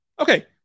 Okay